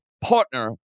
partner